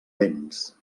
vents